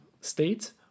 state